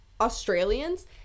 Australians